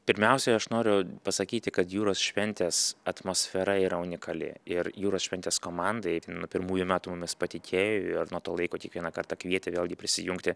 pirmiausiai aš noriu pasakyti kad jūros šventės atmosfera yra unikali ir jūros šventės komandai nuo pirmųjų metų mumis patikėjo ir nuo to laiko kiekvieną kartą kvietė vėlgi prisijungti